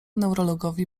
neurologowi